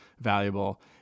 valuable